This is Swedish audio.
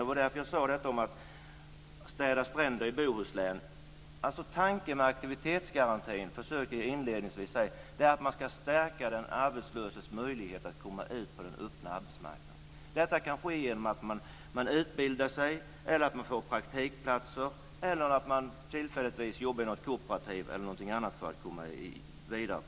Det var därför jag talade om att städa stränder i Bohuslän. Tanken med aktivitetsgarantin, försökte jag säga inledningsvis, är att vi ska stärka den arbetslöses möjlighet att komma ut på den öppna arbetsmarknaden. Detta kan ske t.ex. genom att man utbildar sig, får praktikplats eller tillfälligtvis jobbar i något kooperativ för att komma vidare.